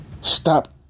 Stop